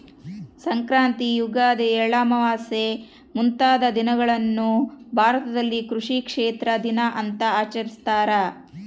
ಸಂಕ್ರಾಂತಿ ಯುಗಾದಿ ಎಳ್ಳಮಾವಾಸೆ ಮುಂತಾದ ದಿನಗಳನ್ನು ಭಾರತದಲ್ಲಿ ಕೃಷಿ ಕ್ಷೇತ್ರ ದಿನ ಅಂತ ಆಚರಿಸ್ತಾರ